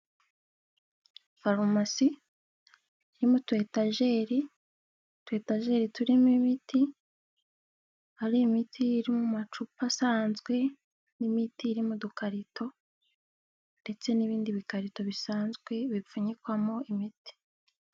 Farumasi, irimo utu etajeri. Utu etajeri turimo imiti. Hari imiti iri mu amacupa asanzwe, n'imiti iri mudukarito, ndetse n'ibindi bikarito bisanzwe bipfunyikwamo imiti.